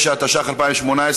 69), התשע"ח 2018,